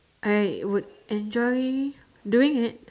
I would enjoy doing it